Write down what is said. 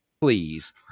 please